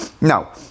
Now